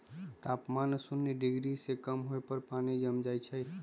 तापमान शुन्य डिग्री से कम होय पर पानी जम जाइ छइ